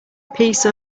piece